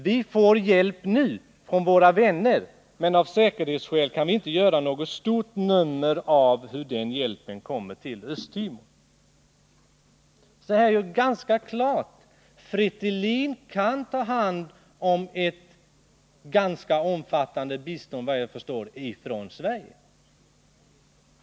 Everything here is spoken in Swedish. Vi får hjälp nu från våra vänner, men av säkerhetsskäl kan vi inte göra något stort nummer av hur den hjälpen kommer till Östtimor.” Det är alltså klart att Fretilin kan ta hand om ett ganska omfattande bistånd från Sverige.